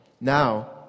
Now